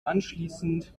anschließend